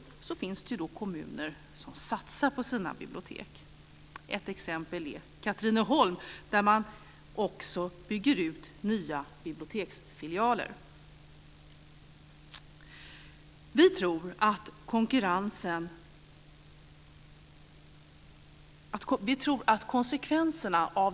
Det finns också kommuner som satsar på sina bibliotek. Ett exempel är Katrineholm, där man också bygger ut nya biblioteksfilialer.